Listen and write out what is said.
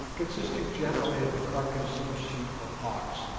consisting generally of the carcase of a sheep or ox,